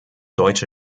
deutsche